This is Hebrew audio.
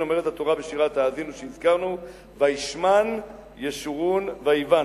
על כן אומרת התורה בשירת "האזינו" שהזכרנו: "וישמן ישרון ויבעט,